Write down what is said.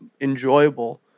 enjoyable